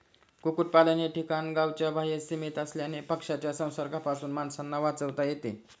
कुक्पाकुटलन हे ठिकाण गावाच्या बाह्य सीमेत असल्याने पक्ष्यांच्या संसर्गापासून माणसांना वाचवता येते